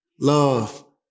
love